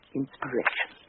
inspiration